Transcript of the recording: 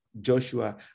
Joshua